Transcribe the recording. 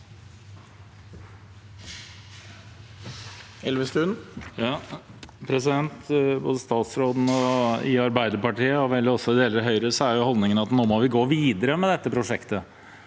Både fra statsråden, i Arbeiderpartiet og vel også i deler Høyre er holdningen at nå må vi gå videre med dette prosjektet,